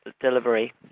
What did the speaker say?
delivery